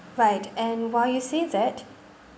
right and while you say that